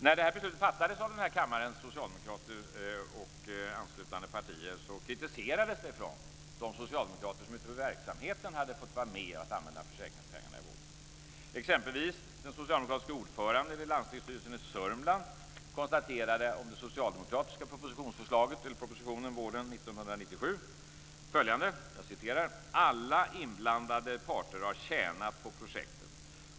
När det här beslutet fattades av kammarens socialdemokrater och anslutande partier kritiserades det från de socialdemokrater som utifrån verksamheten hade fått vara med och använda försäkringspengarna i vården. Den socialdemokratiske ordföranden i landstingsstyrelsen i Sörmland t.ex. konstaterade om den socialdemokratiska propositionen våren 1997 följande: Alla inblandade parter har tjänat på projektet.